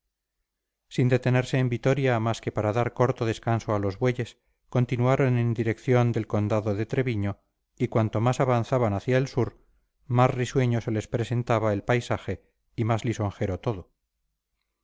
sin detenerse en vitoria más que para dar corto descanso a los bueyes continuaron en dirección del condado de treviño y cuanto más avanzaban hacia el sur más risueño se les presentaba el paisaje y más lisonjero todo